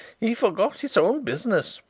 he forgot his own business.